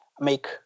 make